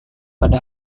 pada